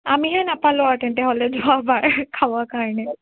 আমিহে নাপালোঁ আৰু তেন্তে হ'লে যোৱা বাৰ খাবৰ কাৰণে